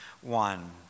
one